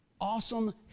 awesome